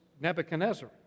Nebuchadnezzar